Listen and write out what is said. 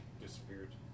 disappeared